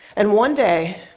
and one day,